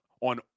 on